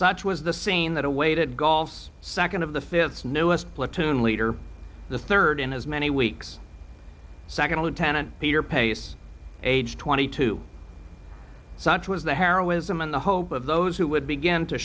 such was the scene that awaited gauls second of the fifth newest platoon leader the third in as many weeks second lieutenant peter pace age twenty two such was the heroism and the hope of those who would begin to